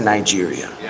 Nigeria